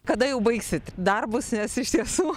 kada jau baigsit darbus nes iš tiesų